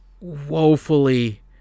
woefully